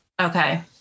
Okay